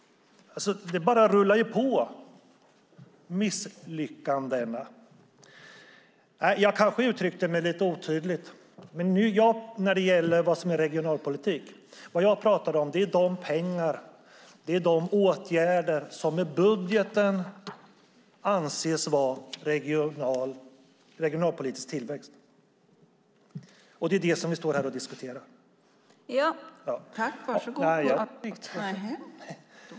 Det bara rullar på med misslyckandena. Jag kanske uttryckte mig lite otydligt när det gäller vad som är regionalpolitik. Det jag talar om är de pengar och åtgärder som i budgeten anses vara regionalpolitisk tillväxt. Det är vad vi står här och diskuterar.